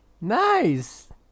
Nice